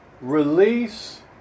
release